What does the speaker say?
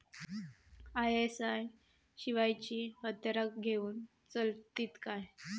ISI शिवायची हत्यारा घेऊन चलतीत काय?